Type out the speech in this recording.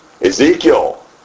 Ezekiel